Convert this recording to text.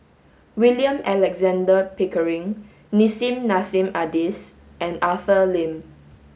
William Alexander Pickering Nissim Nassim Adis and Arthur Lim